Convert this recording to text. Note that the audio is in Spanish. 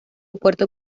puerto